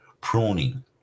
pruning